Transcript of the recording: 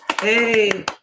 Hey